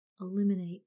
eliminate